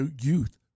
youth